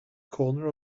corner